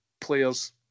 players